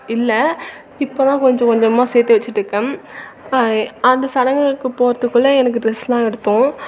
இல்லை இப்போ தான் கொஞ்சம் கொஞ்சமாக சேர்த்து வச்சிட்டு இருக்கேன் அப்போ அந்த சடங்குகளுக்கு போகிறத்துக்குள்ள எனக்கு ட்ரெஸ்லாம் எடுத்தோம்